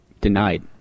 denied